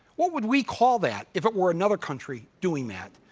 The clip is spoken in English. what would we call that if it were another country doing that?